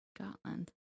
Scotland